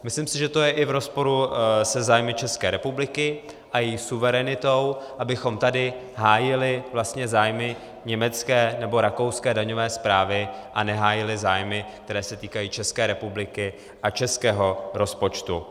Myslím si, že to je i v rozporu se zájmy České republiky a její suverenitou, abychom tady hájili vlastně zájmy německé nebo rakouské daňové správy a nehájili zájmy, které se týkají České republiky a českého rozpočtu.